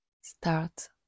start